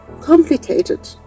complicated